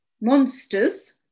Monsters